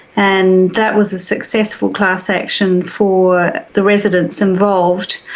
and that was a successful class-action for the residents involved.